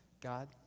God